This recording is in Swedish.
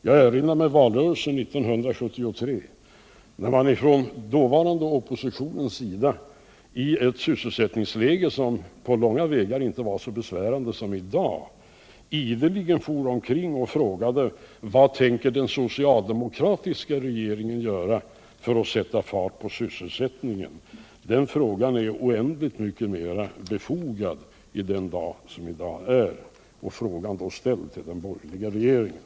Jag erinrar mig valrörelsen 1973, när den dåvarande oppositionen i ett sysselsättningsläge, som inte på långa vägar var så besvärande som i dag, for omkring och ideligen frågade: Vad tänker den socialdemokratiska regeringen göra för att sätta fart på sysselsättningen? Den frågan är oändligt mycket mera befogad 1 dag, nu ställd till den borgerliga regeringen.